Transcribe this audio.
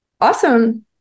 Awesome